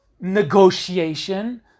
negotiation